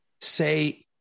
Say